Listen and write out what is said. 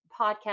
podcast